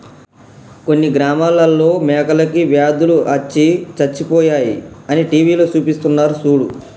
కొన్ని గ్రామాలలో మేకలకి వ్యాధులు అచ్చి సచ్చిపోయాయి అని టీవీలో సూపిస్తున్నారు సూడు